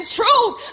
truth